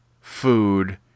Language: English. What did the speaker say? food